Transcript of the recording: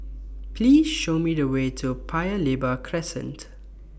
Please Show Me The Way to Paya Lebar Crescent